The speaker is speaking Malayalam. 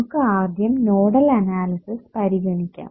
നമുക്ക് ആദ്യം നോഡൽ അനാലിസിസ് പരിഗണിക്കാം